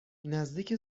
نزدیک